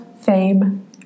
Fame